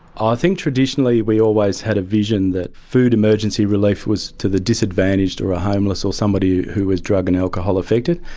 i think traditionally we always had a vision that food emergency relief was to the disadvantaged or a homeless or somebody who was drug and alcohol affected.